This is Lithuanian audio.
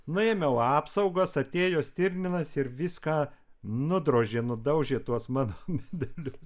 nuėmiau apsaugas atėjo stirninas ir viską nudrožė nudaužė tuos mano medelius